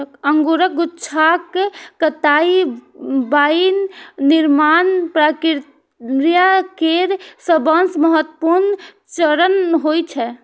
अंगूरक गुच्छाक कटाइ वाइन निर्माण प्रक्रिया केर सबसं महत्वपूर्ण चरण होइ छै